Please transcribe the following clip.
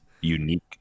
Unique